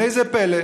והינה זה פלא: